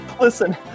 Listen